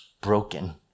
broken